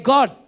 God